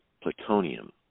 plutonium